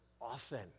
often